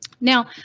Now